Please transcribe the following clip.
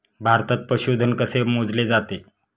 भारतात पशुधन कसे मोजले जाते?